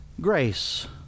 grace